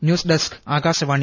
news desk Akashvani